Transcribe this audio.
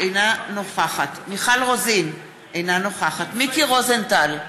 אינה נוכחת מיכל רוזין, אינה נוכחת מיקי רוזנטל,